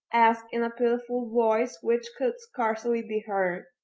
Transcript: asked in a pitiful voice which could scarcely be heard